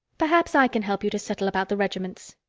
perhaps i can help you to settle about the regiments.